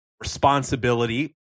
responsibility